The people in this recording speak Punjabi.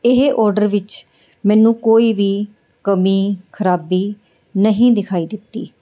ਇਹ ਔਡਰ ਵਿੱਚ ਮੈਨੂੰ ਕੋਈ ਵੀ ਕਮੀ ਖਰਾਬੀ ਨਹੀਂ ਦਿਖਾਈ ਦਿੱਤੀ